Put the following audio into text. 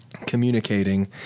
Communicating